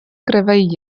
кривий